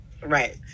Right